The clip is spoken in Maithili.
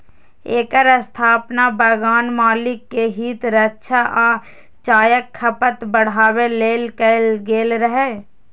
एकर स्थापना बगान मालिक के हित रक्षा आ चायक खपत बढ़ाबै लेल कैल गेल रहै